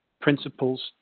principles